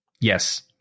yes